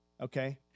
Okay